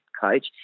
coach